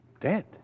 dead